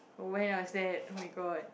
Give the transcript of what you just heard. when was that oh-my-god